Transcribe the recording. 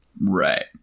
Right